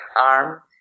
arm